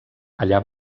allà